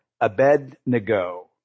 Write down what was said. Abednego